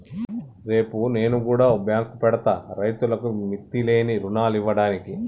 రేపు నేను గుడ ఓ బాంకు పెడ్తా, రైతులకు మిత్తిలేని రుణాలియ్యడానికి